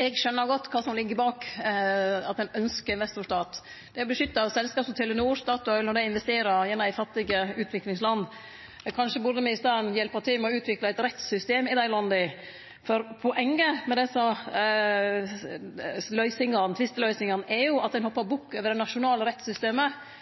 Eg skjønar godt kva som ligg bak at ein ynskjer investor–stat. Det beskyttar jo selskap som Telenor og Statoil når dei investerer i fattige utviklingsland. Kanskje burde me i staden hjelpe til med å utvikle eit rettssystem i dei landa, for poenget med desse tvisteløysingane er jo at ein hoppar bukk over det nasjonale rettssystemet.